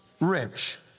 rich